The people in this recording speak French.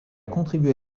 contribué